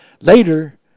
Later